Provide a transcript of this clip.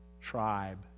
tribe